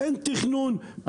אין תכנון,